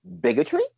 bigotry